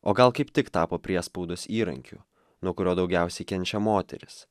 o gal kaip tik tapo priespaudos įrankiu nuo kurio daugiausiai kenčia moterys